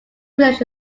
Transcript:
related